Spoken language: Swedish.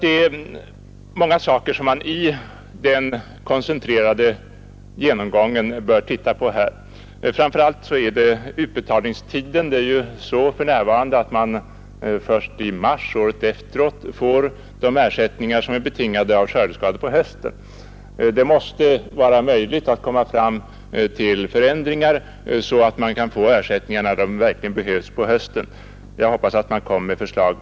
Det är många saker som man vid en koncentrerad genomgång bör se närmare på, framför allt utbetalningstiden. För närvarande är det så att man först i mars året efteråt får de ersättningar som är betingade av skördeskador hösten före. Men det måste vara möjligt att komma fram till en ändring som gör att man får ersättningarna då de verkligen behövs, dvs. på hösten. Jag hoppas att förslag härom kommer att framläggas.